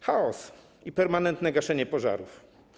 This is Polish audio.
Chaos i permanentne gaszenie pożarów.